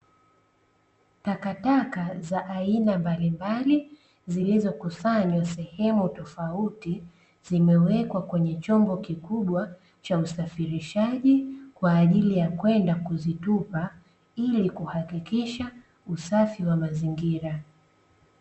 Takataka za aina mbalimbali zilizokusanywa sehemu tofauti, zimewekwa kwenye chombo kikubwa cha usafirishaji kwa ajili ya kwenda kuzitupa ili kuhakikisha usafi wa mazingira.